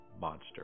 monster